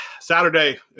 Saturday